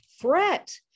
threat